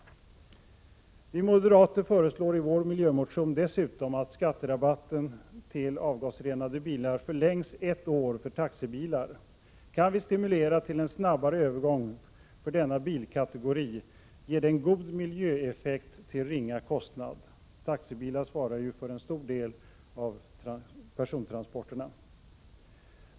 Vi moderater föreslår i vår miljömotion dessutom att skatterabatten till avgasrenade bilar förlängs ett år för taxibilar. Kan vi stimulera till en snabbare övergång för denna bilkategori, ger det en god miljöeffekt till ringa kostnad. Taxibilar svarar ju för en stor del av persontransporterna.